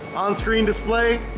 on-screen display,